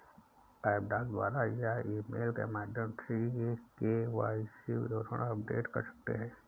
आप डाक द्वारा या ईमेल के माध्यम से के.वाई.सी विवरण अपडेट कर सकते हैं